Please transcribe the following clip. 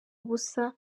ubusa